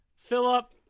Philip